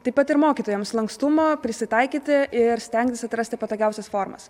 taip pat ir mokytojams lankstumo prisitaikyti ir stengtis atrasti patogiausias formas